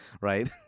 right